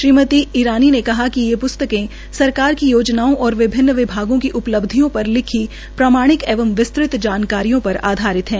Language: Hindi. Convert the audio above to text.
श्रीमति ईरानी ने कहा कि ये प्स्तक सरकार की योजनाओं और विभिन्न विभागों की उपलब्धियों पर लिखी प्रमाणित एवं विस्तृत जानकारियों पर आधारित है